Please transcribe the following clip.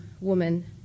woman